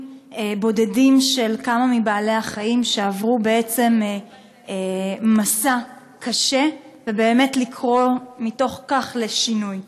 של כמה מבעלי-החיים שעברו מסע קשה ולקרוא מתוך כך לשינוי.